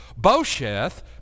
Bosheth